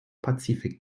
pazifik